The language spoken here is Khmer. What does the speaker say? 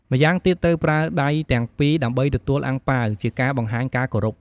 ម៉្យាងទៀតត្រូវប្រើដៃទាំងពីរដើម្បីទទួលអាំងប៉ាវ ជាការបង្ហាញការគោរព។